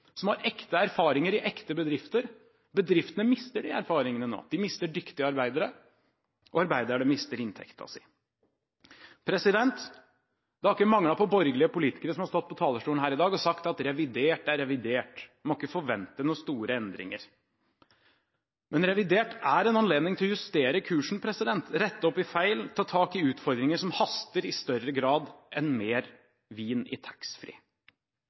som har ekte erfaringer i ekte bedrifter. Bedriftene mister disse erfaringene nå, de mister dyktige arbeidere, og arbeiderne mister inntekten sin. Det har ikke manglet på borgerlige politikere som har stått på talerstolen her i dag og sagt at revidert er revidert, man må ikke forvente noen store endringer. Men revidert er en anledning til å justere kursen, rette opp i feil, ta tak i utfordringer som haster i større grad enn mer vin i taxfree.